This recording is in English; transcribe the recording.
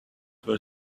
were